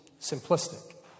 simplistic